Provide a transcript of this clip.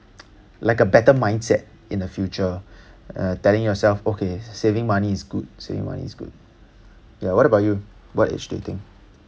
like a better mindset in the future uh telling yourself okay saving money is good saving money is good yeah what about you what age do you think